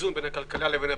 באיזון בין הכלכלה לבריאות,